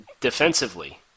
defensively